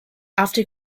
after